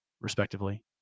respectively